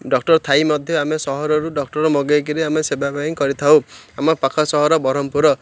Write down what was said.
doctor ଥାଇ ମଧ୍ୟ ଆମେ ସହରରୁ ଡକ୍ଟର ମଗେଇକିରି ଆମେ ସେବା ପାଇଁ କରିଥାଉ ଆମ ପାଖ ସହର ବ୍ରହ୍ମପୁର